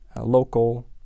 Local